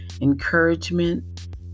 encouragement